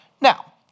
Now